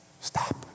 Stop